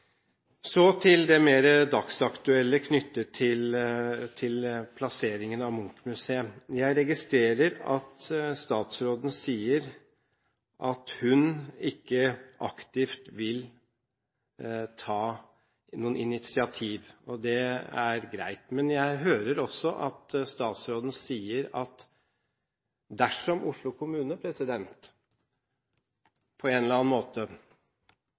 Så til det mer dagsaktuelle knyttet til plasseringen av Munch-museet. Jeg registrerer at statsråden sier at hun ikke aktivt vil ta noen initiativ, og det er greit. Men jeg hører også at statsråden sier at dersom Oslo kommune på en eller annen måte